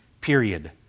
period